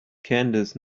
candice